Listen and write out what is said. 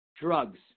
Drugs